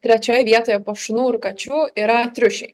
trečioj vietoje po šunų ir kačių yra triušiai